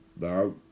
Now